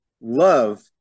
love